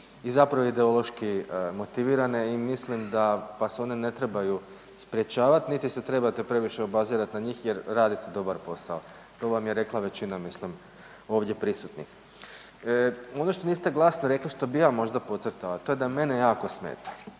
i zapravo ideološki motivirane i mislim da vas one ne trebaju sprečavati niti se trebate previše obazirati na njih jer radite dobar posao, to vam je rekla većina mislim ovdje prisutnih. Ono što niste glasno rekli što bih ja možda podcrtao, a to je da mene jako smeta